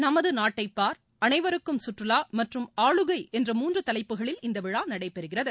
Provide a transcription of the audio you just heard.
நமது நாட்டை பார் அனைவருக்கும சுற்றுவா மற்றும் ஆளுகை என்ற மூன்று தலைப்புகளில் இந்த விழா நடைபெறுகிறது